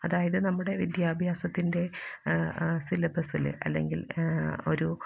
അതായത് നമ്മുടെ വിദ്യാഭ്യാസത്തിന്റെ സിലബസിൽ അല്ലെങ്കില് ഒരു